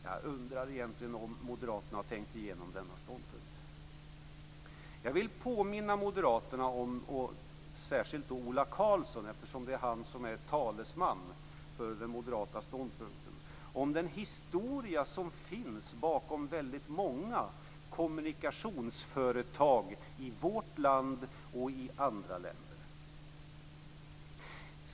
Jag undrar om Moderaterna egentligen har tänkt igenom denna ståndpunkt. Jag vill påminna Moderaterna, och särskilt Ola Karlsson eftersom han är talesman för den moderata ståndpunkten, om den historia som finns bakom väldigt många kommunikationsföretag i vårt land och i andra länder.